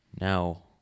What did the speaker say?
now